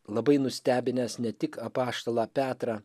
labai nustebinęs ne tik apaštalą petrą